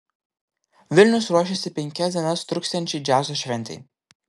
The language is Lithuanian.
vilnius ruošiasi penkias dienas truksiančiai džiazo šventei